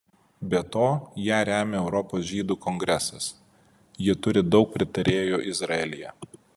be to ją remia europos žydų kongresas ji turi daug pritarėjų izraelyje